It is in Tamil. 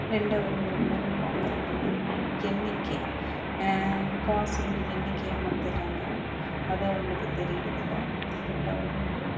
ரெண்டாவது ஒரு பொருள் வாங்கும் போது எண்ணிக்கை காசினுடைய எண்ணிக்கையா மாற்றிட்றாங்க அது அவங்களுக்கு தெரியுறது இல்லை ரெண்டாவது வந்து